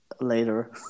later